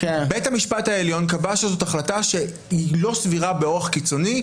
בית המשפט העליון קבע שזאת החלטה שהיא לא סבירה באורח קיצוני,